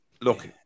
Look